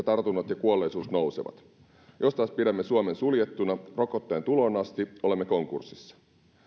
tartunnat ja kuolleisuus nousevat jos taas pidämme suomen suljettuna rokotteen tuloon asti olemme konkurssissa